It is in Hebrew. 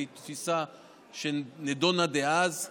והיא תפיסה שנדונה אז.